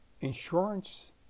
insurance